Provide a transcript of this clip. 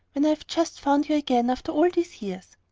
when i've just found you again after all these years.